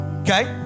Okay